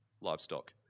livestock